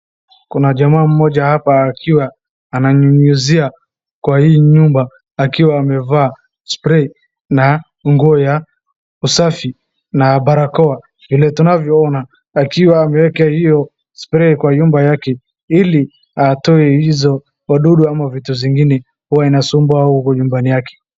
kuna jamaa mmoja hapa akiwa ananyunyuzia kwa hii nyumba akiwa amevaa spray na nguo ya usafi na barakoa. Tunavyoona akiwa ameeka spray kwa nyumba yake ili atoe hizo wadudu ama vitu zingine huwa inasumbua huko nyumbani yake.